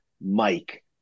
Mike